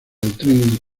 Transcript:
trinity